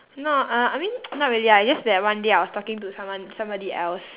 no uh I mean not really ah just that one day I was talking to someone somebody else